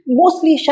mostly